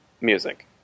music